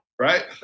right